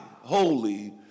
Holy